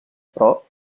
però